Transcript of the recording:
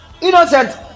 Innocent